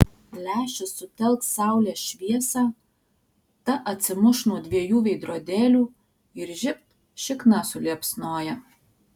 lęšis sutelks saulės šviesą ta atsimuš nuo dviejų veidrodėlių ir žibt šikna suliepsnoja